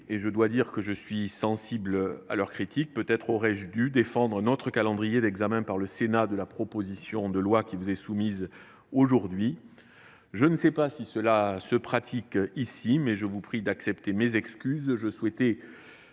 et je dois dire que je suis sensible à leur critique. Peut être aurais je dû défendre un autre calendrier d’examen par le Sénat de cette proposition de loi. Je ne sais pas si cela se pratique ici, mais je vous prie d’accepter mes excuses